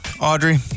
Audrey